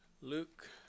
Luke